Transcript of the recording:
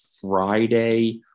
Friday